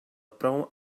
prou